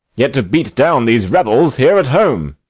yet to beat down these rebels here at home.